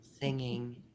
singing